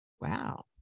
Wow